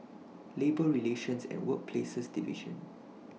Labour Relations and Workplaces Division